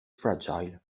fragile